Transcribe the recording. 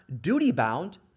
duty-bound